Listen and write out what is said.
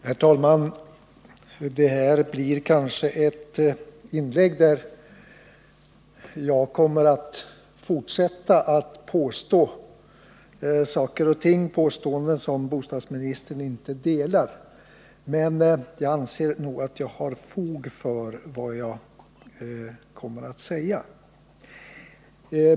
Herr talman! I det här inlägget kommer jag kanske att fortsätta att göra påståenden som bostadsministern inte instämmer i, men jag anser att jag har fog för dem.